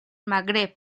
magreb